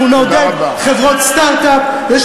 אנחנו נעודד חברות סטרט-אפ, תודה רבה.